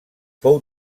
fou